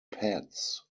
pats